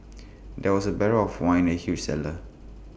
there were barrels of wine in the huge cellar